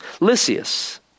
Lysias